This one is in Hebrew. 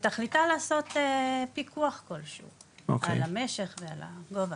שתכליתה להביא לפיקוח כל שהוא על המשך ועל הגובה.